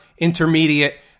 intermediate